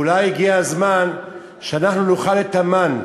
אולי הגיע הזמן שאנחנו נאכל את המן,